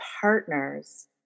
partners